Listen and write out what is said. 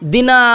Dina